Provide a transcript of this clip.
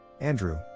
Andrew